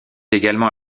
également